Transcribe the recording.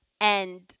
And-